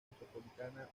metropolitana